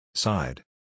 Side